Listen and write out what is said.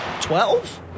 Twelve